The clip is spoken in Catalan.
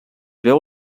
veu